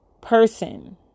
person